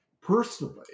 personally